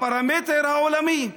מהפרמטר העולמי,